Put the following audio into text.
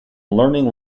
learning